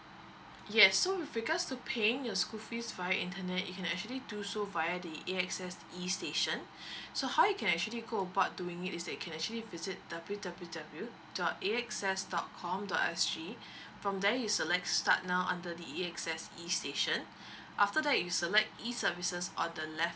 yes so with regards to paying your school fees via internet you can actually do so via the AXS e station so how you can actually go about doing it is that you can actually visit w w w dot a x s dot com dot s g from there you select start now under the AXS e station after that you select e services on the left